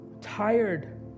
tired